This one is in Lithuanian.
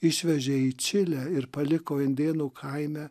išvežė į čilę ir paliko indėnų kaime